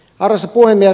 arvoisa puhemies